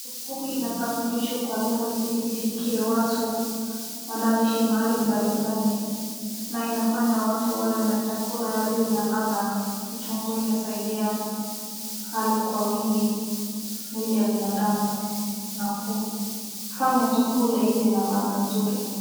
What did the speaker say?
Kitungu inasafirishwa kwa lori ili ifikie watu wanaoishi mahali mbalimbali ama inafanya watu wawe na chakula iwe na ladha .Kitungu inasaidia hali kwa wingi mwili ya binadamu na kufanya chakula iwe na ladha nzuri.